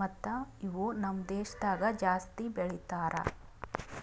ಮತ್ತ ಇವು ನಮ್ ದೇಶದಾಗ್ ಜಾಸ್ತಿ ಬೆಳೀತಾರ್